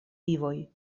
vivoj